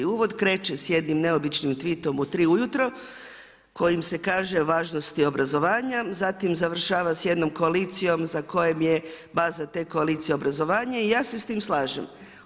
Uvod kreće s jednim neobičnim twitom u tri ujutro kojim se kaže važnosti obrazovanja, zatim završava s jednom koalicijom za kojom je baza te koalicije obrazovanje i ja se s tim slažem.